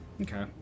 Okay